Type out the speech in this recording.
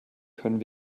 können